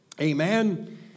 amen